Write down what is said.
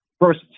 first